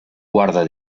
guarde